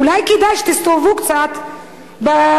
אולי כדאי שתסתובבו קצת ברחובות,